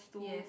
yes